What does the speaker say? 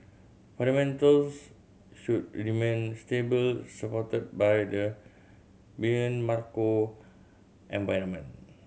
fundamentals should remain stable supported by the benign macro environment